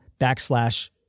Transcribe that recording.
backslash